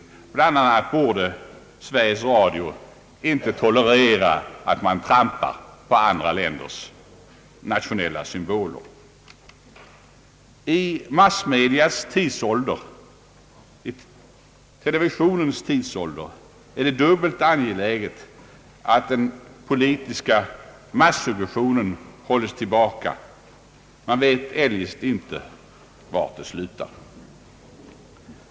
Bland annat borde Sveriges Radio inte tolerera att man trampar på andra länders nationella symboler. I massmedias tidsålder — i televisionens tidsålder är det dubbelt angeläget att den politiska massuggestionen hålls tillbaka. Man vet eljest inte var det slutar.